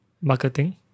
Marketing